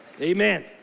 Amen